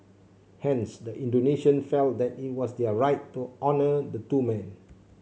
hence the Indonesian felt that it was their right to honour the two men